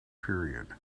period